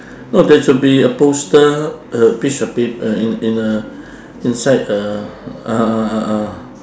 no there should be a poster a piece of pap~ uh in in a inside ah ah ah ah